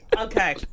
Okay